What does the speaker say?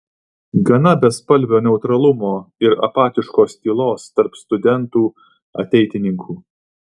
gana bespalvio neutralumo ir apatiškos tylos tarp studentų ateitininkų